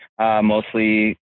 mostly